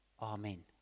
Amen